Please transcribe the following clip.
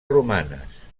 romanes